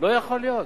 לא יכול להיות.